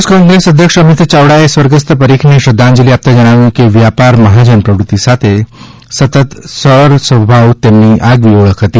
પ્રદેશ કોંગ્રેસ અધ્યક્ષ અમીત યાવડાએ સ્વર્ગસ્થ પરીખને શ્રદ્ધાજંલિ આપતા જણાવ્યું કે વ્યાપાર મહાજન પ્રવૃતિ સાથે સરળ સ્વભાવ તેમની આગવી ઓળખ હતી